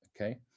okay